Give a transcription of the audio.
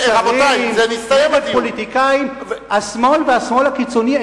נגד שרים, נגד פוליטיקאים, השמאל והשמאל הקיצוני.